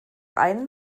ein